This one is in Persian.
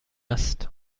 است